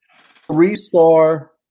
three-star